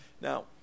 Now